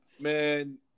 man